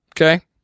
Okay